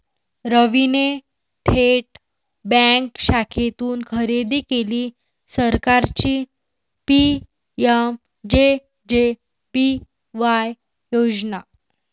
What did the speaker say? रवीने थेट बँक शाखेतून खरेदी केली सरकारची पी.एम.जे.जे.बी.वाय योजना